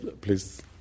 Please